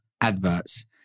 adverts